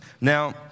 now